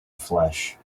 flesh